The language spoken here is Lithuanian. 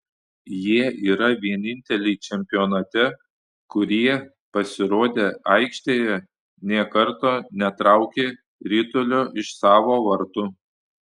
jie yra vieninteliai čempionate kurie pasirodę aikštėje nė karto netraukė ritulio iš savo vartų